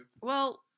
Well-